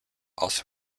also